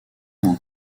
dans